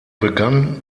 begann